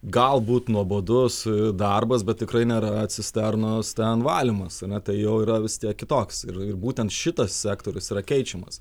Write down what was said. galbūt nuobodus darbas bet tikrai nėra cisternos ten valymas ane tai jau yra vistiek kitoks ir būtent šitas sektorius yra keičiamas